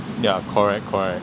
ya correct correct